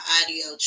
audio